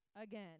again